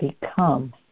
become